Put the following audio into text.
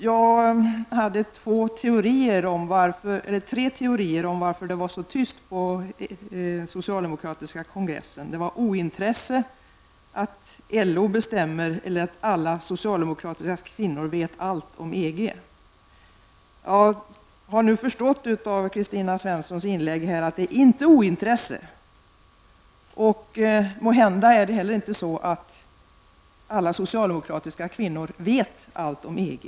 Jag hade tre teorier om varför det var så tyst på den socialdemokratiska kongressen. Det var ointresse, att LO bestämmer eller att alla socialdemokratiska kvinnor vet allt om EG. Av Kristina Svenssons inlägg har jag förstått att det är inte ointresse och måhända är det inte heller så att alla socialdemokratiska kvinnor vet allt om EG.